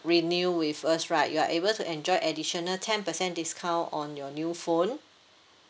renew with us right you are able to enjoy additional ten percent discount on your new phone